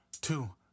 two